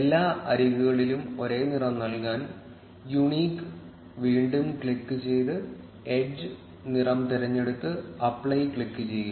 എല്ലാ അരികുകളിലും ഒരേ നിറം നൽകാൻ യുണീക്ക് വീണ്ടും ക്ലിക്കുചെയ്ത് എഡ്ജ് നിറം തിരഞ്ഞെടുത്ത് അപ്ലൈ ക്ലിക്കുചെയ്യുക